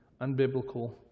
unbiblical